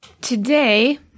Today